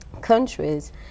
countries